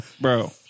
Bro